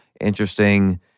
interesting